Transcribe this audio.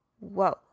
Whoa